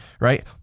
right